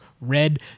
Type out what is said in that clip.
Red